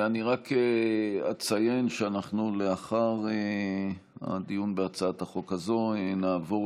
אני רק אציין שלאחר הדיון בהצעת החוק הזאת נעבור